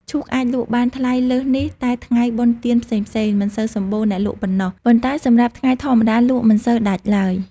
ឈូកអាចលក់បានថ្លៃលើសនេះតែថ្ងៃបុណ្យទានផ្សេងៗ មិនសូវសម្បូរអ្នកលក់ប៉ុណ្ណោះ ប៉ុន្តែសម្រាប់ថ្ងៃធម្មតា លក់មិនសូវដាច់ឡើយ ។